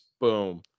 Boom